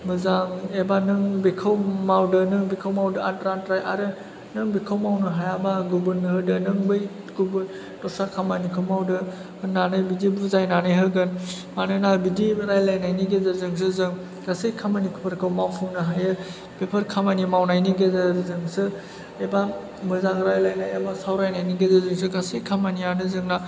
मोजां एबा नों बेखौ मावदो नों बेखौ मावदो आद्रा आद्रा आरो नों बेखौ मावनो हायाबा गुबुननो होदो नों बै गुबुन दस्रा खामानिखौ मावदो होन्नानै बिदि बुजायनानै होगोन मानोना बिदि रायलायनायनि गेजेरजोंसो जों गासै खामानिफोरखौ मावफुंनो हायो बेफोर खामानि मावनायनि गेजेरजोंसो एबा मोजां रायलायनाय एबा सावरायनायनि गेजेरजोंसो गासै खामानियानो जोंना